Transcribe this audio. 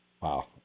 Wow